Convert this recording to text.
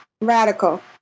Radical